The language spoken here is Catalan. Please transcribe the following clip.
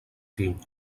fill